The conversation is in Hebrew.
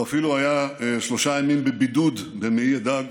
הוא אפילו היה שלושה ימים בבידוד במעי הדג,